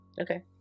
okay